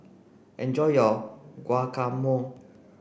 enjoy your Guacamole